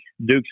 Dukes